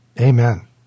Amen